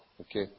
Okay